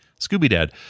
Scooby-Dad